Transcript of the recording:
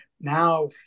now